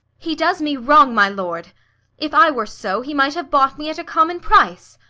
he does me wrong, my lord if i were so he might have bought me at a common price.